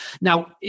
Now